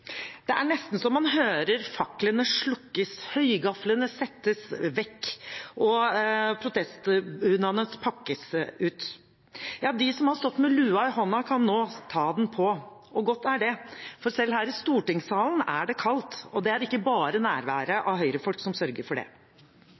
Det er nesten så man hører faklene slukkes, høygaflene settes vekk og protestbunadene pakkes ut. Ja, de som har stått med lua hånda kan nå ta den på, og godt er det. For selv her i stortingssalen er det kaldt, og det er ikke bare